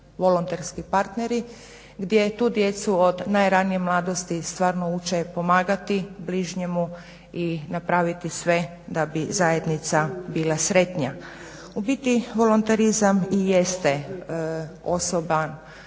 volonterski partneri gdje tu djecu od najranije mladosti stvarno uče pomagati bližnjemu i napraviti sve da bi zajednica bila sretnija. U biti volonterizam i jeste osoban